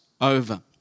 over